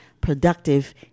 productive